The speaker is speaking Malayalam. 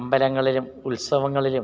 അമ്പലങ്ങളിലും ഉത്സവങ്ങളിലും